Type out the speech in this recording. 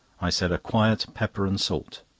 i said a quiet pepper and salt.